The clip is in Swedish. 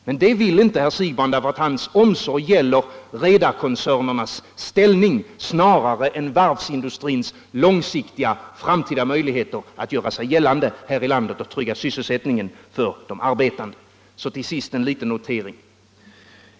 Men det vill inte herr Siegbahn, därför att hans omsorg gäller redarkoncernernas ställning snarare än varvsindustrins långsiktiga framtida möjligheter att göra sig gällande här i landet och trygga sysselsättningen för de arbetande. Till sist en liten notering.